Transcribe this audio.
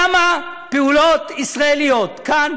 למה פעולות ישראליות כאן,